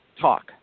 talk